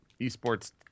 esports